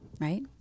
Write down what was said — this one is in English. right